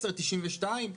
17%, 92%?